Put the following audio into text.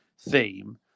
theme